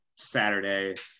saturday